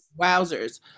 Wowzers